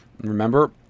remember